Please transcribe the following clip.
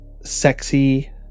sexy